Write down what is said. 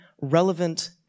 relevant